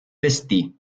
vestì